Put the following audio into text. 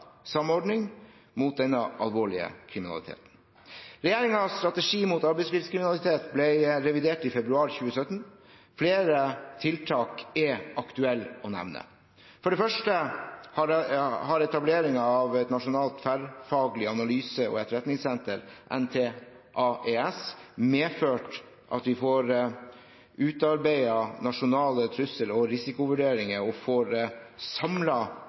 samordning mot denne alvorlige kriminaliteten. Regjeringens strategi mot arbeidslivskriminalitet ble revidert i februar 2017. Flere tiltak er aktuelle å nevne. For det første har etableringen av et nasjonalt tverrfaglig analyse- og etterretningssenter, NTAES, medført at vi får utarbeidet nasjonale trussel- og risikovurderinger og får samlet etterretning som gir et viktig grunnlag for